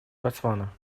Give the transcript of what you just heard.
ботсвана